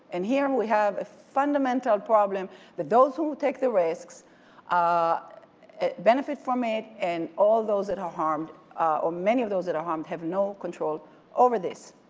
and here um we have a fundamental problem that those who take the risks ah benefit from it and all those that are harmed or many of those that are harmed have no control over this.